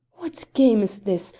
what game is this?